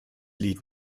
lied